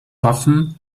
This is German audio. waffen